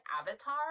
avatar